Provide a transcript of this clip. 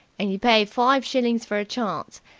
and you pay five shillings for a chance,